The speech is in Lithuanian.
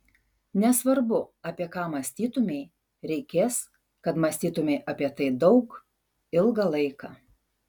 nesvarbu apie ką mąstytumei reikės kad mąstytumei apie tai daug ilgą laiką